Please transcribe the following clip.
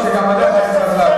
רוצה, חבר הכנסת אריה